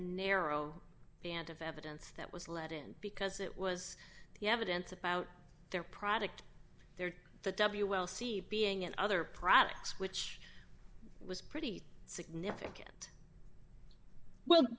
narrow band of evidence that was let in because it was the evidence about their product their the w we'll see being in other products which was pretty significant well